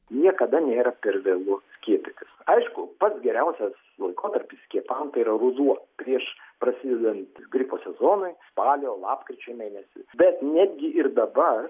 niekada nėra per vėlu skiepytis aišku pats geriausias laikotarpis skiepam tai yra ruduo prieš prasidedant gripo sezonui spalio lapkričio mėnesį bet netgi ir dabar